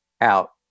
out